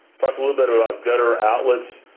talk a little bit about gutter outlets.